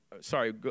Sorry